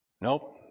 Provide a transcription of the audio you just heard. Nope